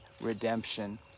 redemption